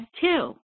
two